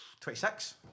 26